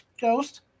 ghost